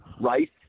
right